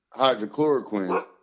hydrochloroquine